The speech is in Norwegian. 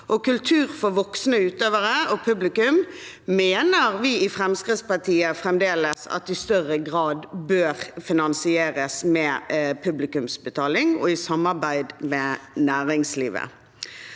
Kultur for voksne utøvere og publikum mener vi i Fremskrittspartiet fremdeles i større grad bør finansieres med publikumsbetaling og i samarbeid med næringslivet.